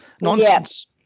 Nonsense